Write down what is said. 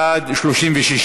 בעד 36,